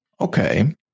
Okay